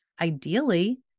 Ideally